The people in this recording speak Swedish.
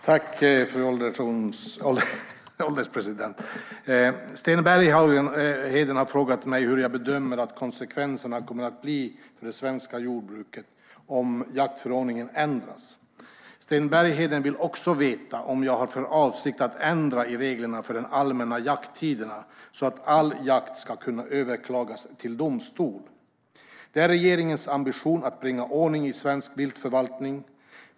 Fru ålderspresident! Sten Bergheden har frågat mig hur jag bedömer att konsekvenserna kommer att bli för det svenska jordbruket om jaktförordningen ändras. Sten Bergheden vill också veta om jag har för avsikt att ändra i reglerna för de allmänna jakttiderna så att all jakt ska kunna överklagas till domstol. Det är regeringens ambition att bringa ordning i svensk viltförvaltning.